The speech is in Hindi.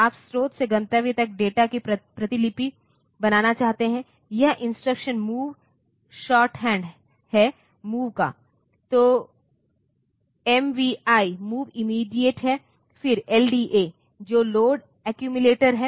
आप स्रोत से गंतव्य तक डेटा की प्रतिलिपि बनाना चाहते हैं यह इंस्ट्रक्शन MOV शॉर्टहैंड है move का जब MVI मूव इमीडियेट है फिर LDA जो लोड एक्यूमिलेटर है